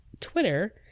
twitter